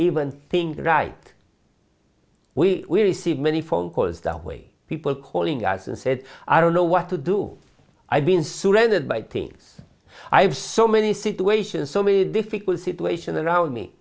even think right we see many phone calls the way people calling us and said i don't know what to do i've been surrounded by things i have so many situations so many difficult situations around me